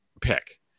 pick